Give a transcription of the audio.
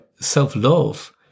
self-love